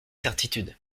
certitude